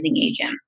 agent